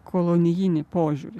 kolonijinį požiūrį